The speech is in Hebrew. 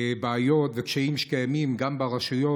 בעיות וקשיים שקיימים גם ברשויות.